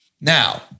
Now